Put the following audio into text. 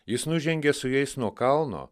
jis nužengė su jais nuo kalno